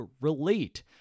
Relate